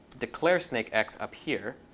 declare snakex up here.